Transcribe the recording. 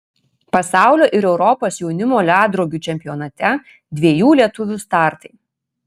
pasaulio ir europos jaunimo ledrogių čempionate dviejų lietuvių startai